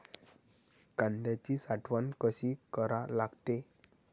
कांद्याची साठवन कसी करा लागते?